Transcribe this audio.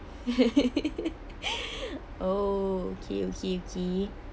oh okay okay okay